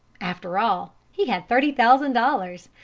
after all, he had thirty thousand dollars,